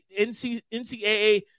NCAA